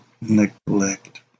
neglect